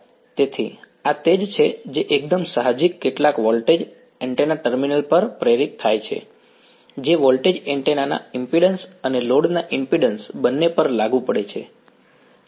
તેથી આ તે જ છે જે એકદમ સાહજિક કેટલાક વોલ્ટેજ એન્ટેના ટર્મિનલ્સ પર પ્રેરિત થાય છે જે વોલ્ટેજ એન્ટેના ના ઈમ્પિડ્ન્સ અને લોડ ના ઈમ્પિડ્ન્સ બંને પર લાગું પડે છે